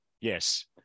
yes